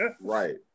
Right